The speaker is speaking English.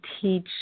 teach